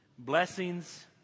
blessings